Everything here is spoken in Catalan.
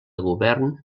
govern